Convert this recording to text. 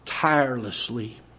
tirelessly